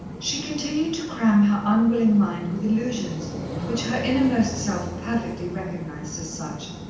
she continued to cram her unwilling mind with illusions which her innermost self perfectly recognized as such.